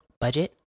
budget